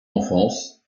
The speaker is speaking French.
enfance